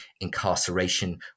incarceration